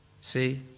See